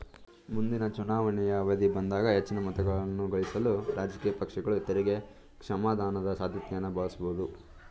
ಮುಂದಿನ ಚುನಾವಣೆಯ ಅವಧಿ ಬಂದಾಗ ಹೆಚ್ಚಿನ ಮತಗಳನ್ನಗಳಿಸಲು ರಾಜಕೀಯ ಪಕ್ಷಗಳು ತೆರಿಗೆ ಕ್ಷಮಾದಾನದ ಸಾಧ್ಯತೆಯನ್ನ ಬಳಸಬಹುದು